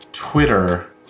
Twitter